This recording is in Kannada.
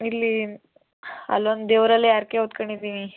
ಇಲ್ಲಿ ಅಲ್ಲೊಂದು ದೇವರಲ್ಲಿ ಹರ್ಕೆ ಹೊತ್ಕಂಡಿದೀನಿ